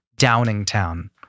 Downingtown